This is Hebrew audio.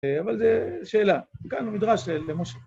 אבל זו שאלה, כאן הוא נדרש למושך